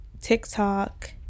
TikTok